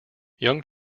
young